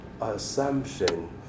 assumption